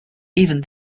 even